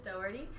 Doherty